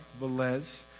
Velez